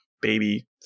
baby